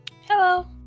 Hello